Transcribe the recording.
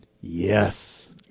Yes